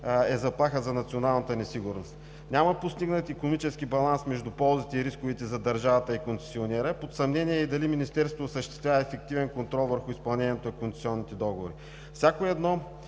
е заплаха за националната ни сигурност. Няма постигнат икономически баланс между ползите и рисковете за държавата и концесионера, под съмнение е и дали Министерството осъществява ефективен контрол върху изпълнението на концесионните договори. Всяко такова